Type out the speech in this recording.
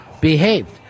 Behaved